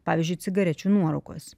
pavyzdžiui cigarečių nuorūkos